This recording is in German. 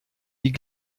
die